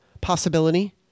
possibility